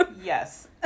Yes